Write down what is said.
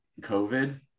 COVID